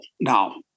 now